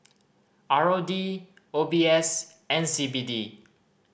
R O D O B S and C B D